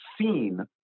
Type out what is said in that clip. seen